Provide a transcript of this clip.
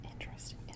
interesting